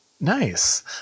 Nice